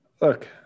Look